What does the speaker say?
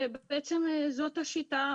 זאת השיטה.